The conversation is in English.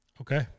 Okay